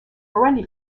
burundi